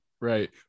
Right